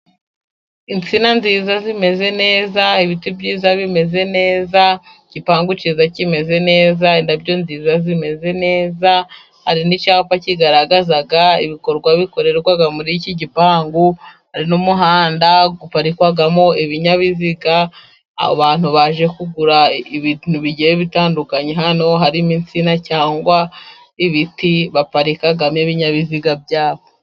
Insina nziza zimeze neza, ibiti byiza bimeze neza, igipangu kiza kimeze neza ,indabyo nziza zimeze neza, hari n'icyapa kigaragaza ibikorwa bikorerwa muri iki gipangu, hari n'umuhanda uparikwamo ibinyabiziga. Abantu baje kugura ibintu bigiye bitandukanye hano harimo, insina cyangwa ibiti baparikamo n'ibinyabiziga byabo.